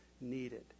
needed